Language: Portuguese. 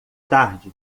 tarde